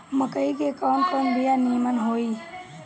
मकई के कवन कवन बिया नीमन होई?